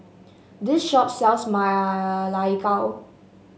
this shop sells Ma Lai Gao